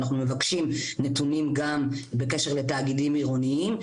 אנחנו מבקשים נתונים גם בקשר לתאגידים עירוניים,